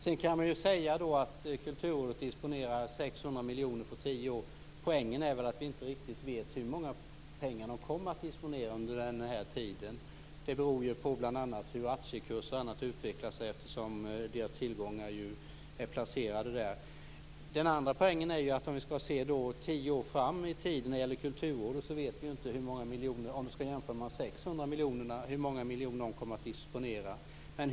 Sedan kan man ju säga att Framtidens kultur disponerar 600 miljoner på tio år. Poängen är väl att vi inte riktigt vet hur mycket pengar de kommer att disponera under den här tiden. Det beror ju bl.a. på hur aktiekurser och annat utvecklas. Deras tillgångar är ju placerade där. Den andra poängen är ju att om vi skall se tio år fram i tiden vet vi ju inte hur många miljoner Kulturrådet kommer att disponera om vi skall jämföra med dessa 600 miljoner.